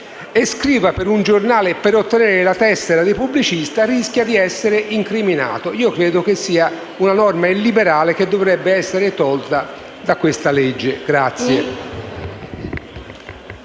e scriva per un giornale per ottenere la tessera di pubblicista rischia di essere incriminato. Io credo che questa sia una norma illiberale che dovrebbe essere espunta da questo provvedimento.